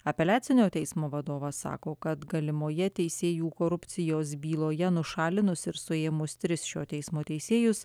apeliacinio teismo vadovas sako kad galimoje teisėjų korupcijos byloje nušalinus ir suėmus tris šio teismo teisėjus